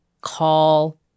call